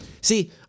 See